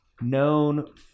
known